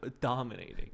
dominating